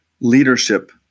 leadership